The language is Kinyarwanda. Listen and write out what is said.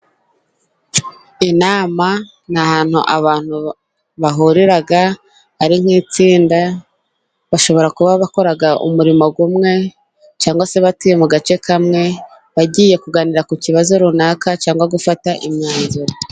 Inama ni ahantu abantu bahurira ari nk'itsinda, bashobora kuba bakora umurimo umwe cyangwa se batuye mu gace kamwe, bagiye kuganira ku kibazo runaka cyangwa gufata imyanzuro.